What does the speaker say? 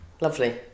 lovely